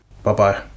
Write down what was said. Bye-bye